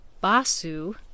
Basu